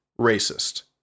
racist